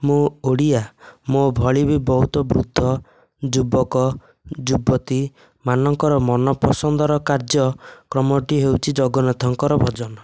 ମୁଁ ଓଡ଼ିଆ ମୋ' ଭଳି ବି ବହୁତ ବୃଦ୍ଧ ଯୁବକ ଯୁବତୀ ମାନଙ୍କର ମନ ପସନ୍ଦର କାର୍ଯ୍ୟକ୍ରମଟି ହେଉଛି ଜଗନ୍ନାଥଙ୍କର ଭଜନ